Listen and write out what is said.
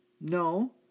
No